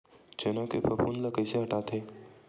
चना के फफूंद ल कइसे हटाथे?